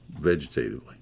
vegetatively